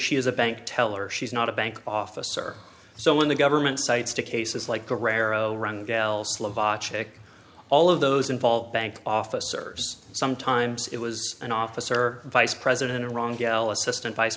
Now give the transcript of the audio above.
she is a bank teller she's not a bank officer so when the government cites to cases like guerrero all of those involved bank officers sometimes it was an officer vice president or wrong gal assistant vice